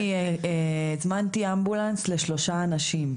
אתמול אני הזמנתי אמבולנס לשלושה אנשים.